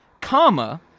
comma